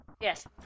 Yes